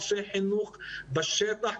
אנשי חינוך בשטח,